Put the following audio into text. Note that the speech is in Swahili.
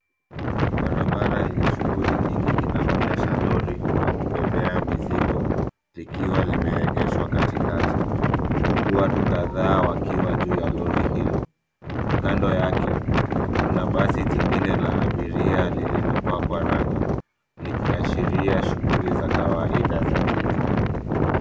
Barabara yenye shughuli nyingi inaonyesha lori la kubebea mizigo likiwa limeegeshwa katikati huku watu kadhaa wakiwa juu ya lori hilo. Kando yake, kuna basi jingine la abiria lililopakwa rangi likiashiria shughuli za kawaida za jiji.